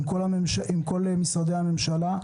עם כל משרדי הממשלה,